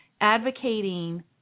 advocating